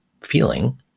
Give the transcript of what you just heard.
feeling